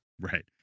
right